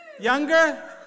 Younger